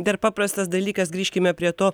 dar paprastas dalykas grįžkime prie to